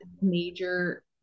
major